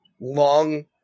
long